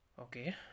Okay